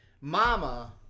mama